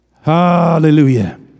Hallelujah